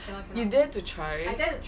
you dare to try